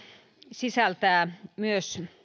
sisältää myös